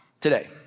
today